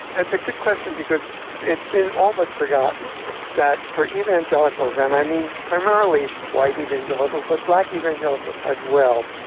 it's a good question, because it's been all but forgotten that for evangelicals, and i mean primarily white evangelicals, but black evangelicals as well,